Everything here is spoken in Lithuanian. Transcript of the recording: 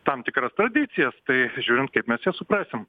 tam tikras tradicijas tai žiūrint kaip mes jas suprasim